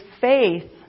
faith